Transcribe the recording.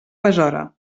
besora